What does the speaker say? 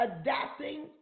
adapting